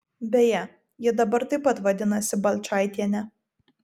beje ji dabar taip pat vadinasi balčaitiene